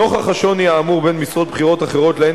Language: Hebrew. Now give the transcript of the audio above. נוכח השוני האמור בין משרות בכירות אחרות שלהן